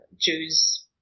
Jews